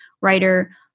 writer